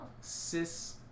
cis